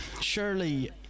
surely